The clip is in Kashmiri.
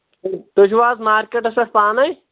تُہۍ چھِو حظ مارکیٹَس پٮ۪ٹھ پانَے